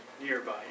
nearby